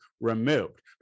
removed